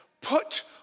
Put